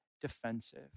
defensive